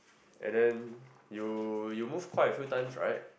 and then you you moved quite a few times right